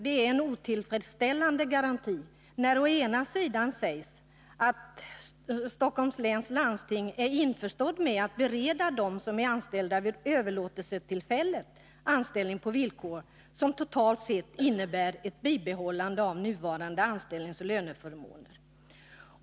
Det är en otillfredsställande garanti när det å ena sidan sägs att Stockholms läns landsting är införstått med att bereda dem som är anställda vid ”överlåtelsetillfället” anställning på villkor som totalt sett innebär ett bibehållande av nuvarande anställningsoch löneförmåner.